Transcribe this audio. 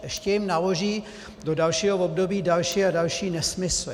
Ještě jim naloží do dalšího období další a další nesmysly.